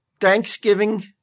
Thanksgiving